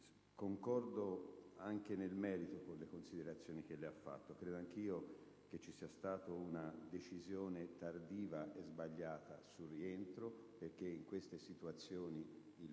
Concordo anche nel merito con le considerazioni che ha fatto. Credo anch'io che ci sia stata una decisione tardiva e sbagliata sul rientro perché in queste situazioni il